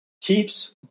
keeps